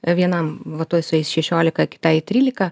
vienam va tuoj sueis šešiolika kitai trylika